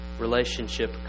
relationship